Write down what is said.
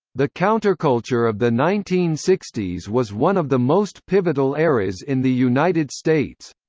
the counterculture of the nineteen sixty s was one of the most pivotal eras in the united states.